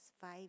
five